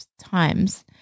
times